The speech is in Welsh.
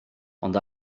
ond